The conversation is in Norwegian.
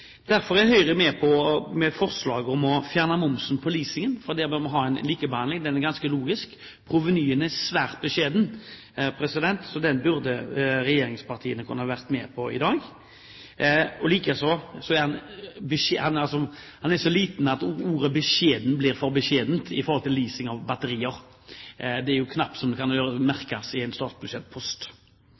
Derfor er Høyre med på forslaget om å fjerne momsen på leasing, for der bør vi ha en likebehandling, det er ganske logisk. Provenyet er svært beskjedent, så dette burde regjeringspartiene kunnet være med på i dag. Provenyet er så lite at ordet «beskjedent» blir for beskjedent i forhold til leasing av batterier. Det er jo knapt så det kan merkes i en statsbudsjettpost.